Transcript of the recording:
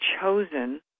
chosen